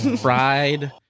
fried